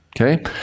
Okay